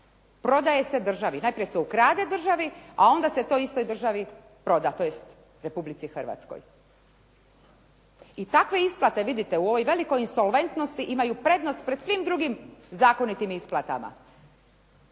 prodaje se državi. Najprije se ukrade državi a onda se toj istoj državi proda tj. Republici Hrvatskoj. I takve isplate vidite u ovoj velikoj insolventnosti imaju prednost pred svim drugim zakonitim isplatama.